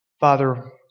Father